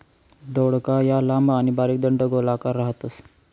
दौडका या लांब आणि बारीक दंडगोलाकार राहतस